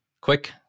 quick